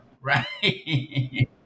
right